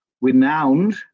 renowned